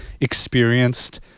experienced